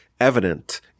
evident